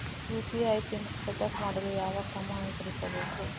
UPI PIN setup ಮಾಡಲು ಯಾವ ಕ್ರಮ ಅನುಸರಿಸಬೇಕು?